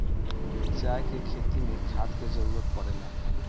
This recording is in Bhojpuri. चाय के खेती मे खाद के जरूरत पड़ेला